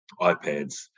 iPads